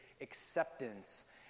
acceptance